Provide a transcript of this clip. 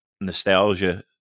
nostalgia